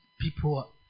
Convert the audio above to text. people